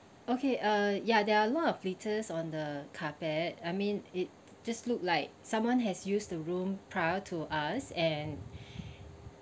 okay uh ya there are a lot of litters on the carpet I mean it just look like someone has used the room prior to us and